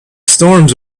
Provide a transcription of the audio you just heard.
storms